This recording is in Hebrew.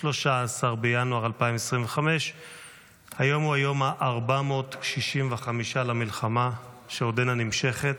13 בינואר 2025. היום הוא היום ה-465 למלחמה שעודנה נמשכת,